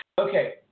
Okay